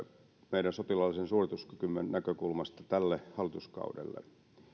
meidän sotilaallisen suorituskykymme näkökulmasta tälle hallituskaudelle